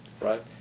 Right